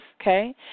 okay